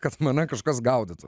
kad mane kažkas gaudytų